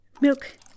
Milk